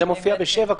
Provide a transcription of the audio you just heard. זה מופיע ב-7.